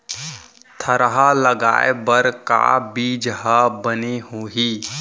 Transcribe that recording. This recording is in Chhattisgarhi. थरहा लगाए बर का बीज हा बने होही?